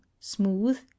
smooth